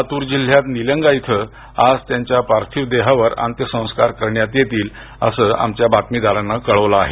लातूर जिल्यात निलंगा इथं आज त्यांच्या पार्थिव देहावर अंत्यसंस्कार करण्यात येतील असं आमच्या बातमीदारानं कळवलं आहे